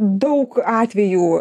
daug atvejų